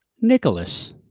Nicholas